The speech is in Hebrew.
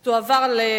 העונשין (תיקון,